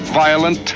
violent